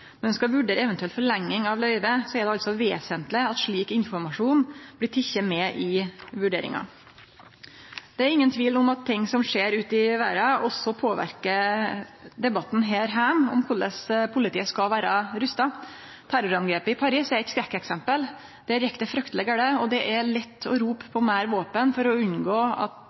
skal vurdere eventuell forlenging av løyvet, er det vesentleg at slik informasjon blir teken med i vurderinga. Det er ingen tvil om at ting som skjer ute i verda, også påverkar debatten her heime om korleis politiet skal vere rusta. Terrorangrepet i Paris er eit skrekkeksempel. Der gjekk det frykteleg gale, og det er lett å rope på meir våpen for å unngå at